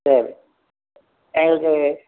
சரி எங்களுக்கு